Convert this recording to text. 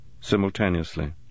simultaneously